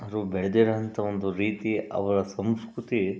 ಅದು ಬೆಳೆದಿರುವಂಥ ಒಂದು ರೀತಿ ಅವರ ಸಂಸ್ಕೃತಿ